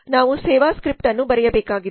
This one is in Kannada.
ನಾವು ಸೇವಾ ಸ್ಕ್ರಿಪ್ಟ್ ಅನ್ನು ಬರೆಯಬೇಕಾಗಿದೆ